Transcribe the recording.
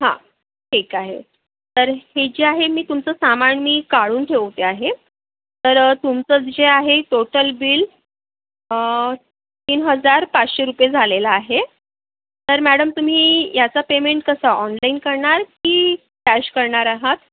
हा ठीक आहे तर हे जे आहे मी तुमचं सामान मी काढून ठेवते आहे तर तुमचं जे आहे टोटल बिल तीन हजार पाचशे रुपये झालेलं आहे तर मॅडम तुम्ही याचं पेमेंट कसं ऑनलाईन करणार की कॅश करणार आहात